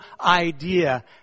idea